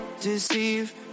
deceive